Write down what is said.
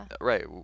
right